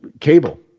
cable